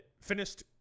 Finished